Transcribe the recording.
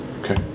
Okay